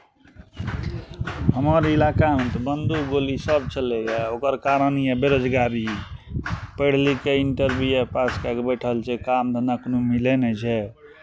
हमर इलाकामे तऽ बन्दूक गोलीसभ चलैए ओकर कारण यए बेरोजगारी पढ़ि लिखि कऽ इन्टर बी ए पास कए कऽ बैठल छै काम धन्धा कोनो मिलै नहि छै